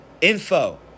info